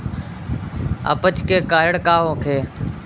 अपच के कारण का होखे?